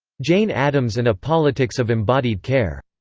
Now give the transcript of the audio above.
jane addams and a politics of embodied care,